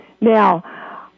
now